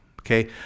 okay